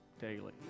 daily